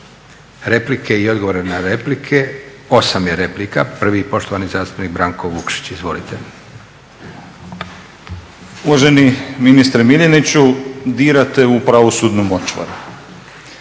replike i odgovore na replike. Osam je replika. Prvi, poštovani zastupnik Branko Vukšić. Izvolite. **Vukšić, Branko (Nezavisni)** Uvaženi ministre Miljeniću, dirate u pravosudnu močvaru.